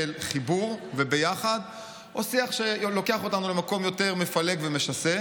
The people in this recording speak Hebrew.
חיבור וביחד או שיח שלוקח אותנו למקום יותר מפלג ומשסה.